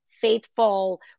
faithful